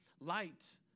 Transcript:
light